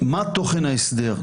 מה תוכן ההסדר?